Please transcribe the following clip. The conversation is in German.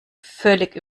völlig